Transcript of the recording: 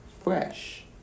fresh